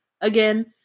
again